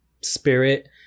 spirit